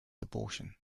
abortion